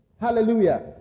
Hallelujah